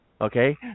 Okay